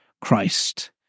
Christ